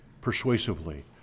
persuasively